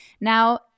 Now